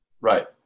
Right